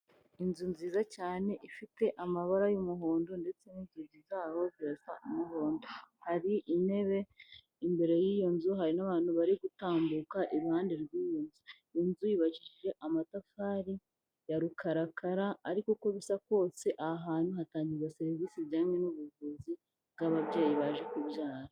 Inzu nziza cyane ifite amabara y'umuhondo ndetse n'inzugi zaho zirasa umuhondo hari intebe imbere y'iyo nzu hari n'abantu bari gutambuka iruhande rw'iyo nzu. Inzu yubakishije amatafari ya rukarakara ariko uko bisa kose aha hantu hatangirwa serivisi ijyanyye n'ubuvuzi bw'ababyeyi baje kubyara.